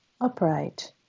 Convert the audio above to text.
upright